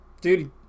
dude